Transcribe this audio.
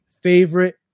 favorite